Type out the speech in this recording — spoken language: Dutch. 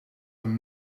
een